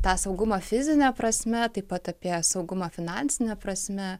tą saugumą fizine prasme taip pat apie saugumą finansine prasme